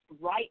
right